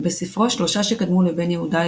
בספרו "שלושה שקדמו לבן יהודה",